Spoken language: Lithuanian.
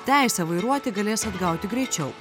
teisę vairuoti galės atgauti greičiau